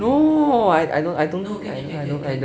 no I don't know